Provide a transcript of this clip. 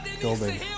building